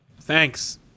thanks